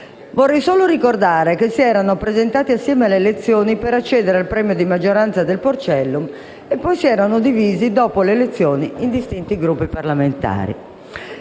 Vorrei solo ricordare che si erano presentati assieme alle elezioni per accedere al premio di maggioranza del Porcellum e poi si erano divisi, subito dopo le elezioni, in distinti Gruppi parlamentari.